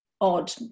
odd